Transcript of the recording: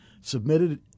submitted